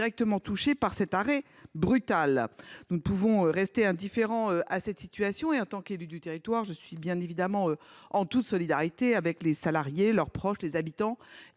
directement touchés par cet arrêt brutal. Nous pourrions rester indifférents à cette situation, mais, élue du territoire, je suis évidemment en totale solidarité avec les salariés, leurs proches, les habitants